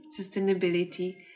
sustainability